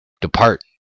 Depart